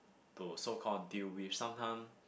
to so call deal with sometime